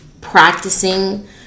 practicing